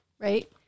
right